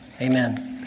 Amen